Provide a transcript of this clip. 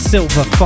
Silver